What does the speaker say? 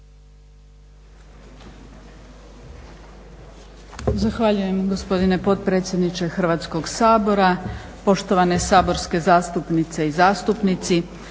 Zahvaljujem gospodine potpredsjedniče Hrvatskog sabora. Poštovane saborske zastupnice i zastupnici.